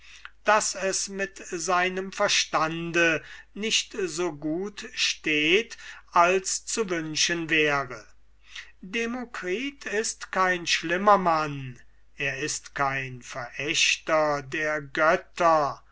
daß es mit seinem verstande nicht so gut steht als zu wünschen wäre demokritus ist kein schlimmer mann er ist kein verächter der götter